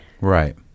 Right